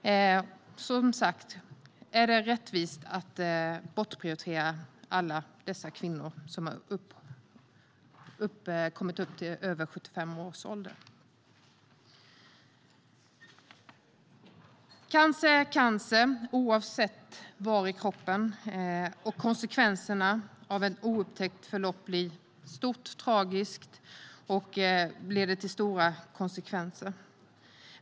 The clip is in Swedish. Är det rättvist att bortprioritera alla kvinnor som har kommit upp i över 75 års ålder? Cancer är cancer oavsett var i kroppen den sitter. Konsekvenserna av ett oupptäckt förlopp blir stora och tragiska.